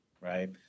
right